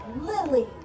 Lily